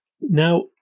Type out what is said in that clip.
now